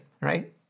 right